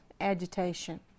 agitation